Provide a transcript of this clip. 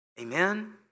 Amen